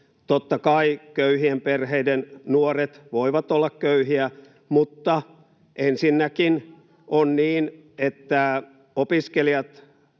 Totta kai köyhien perheiden nuoret voivat olla köyhiä, mutta ensinnäkin on niin, että opiskelijat